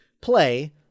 play